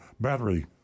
battery